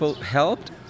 helped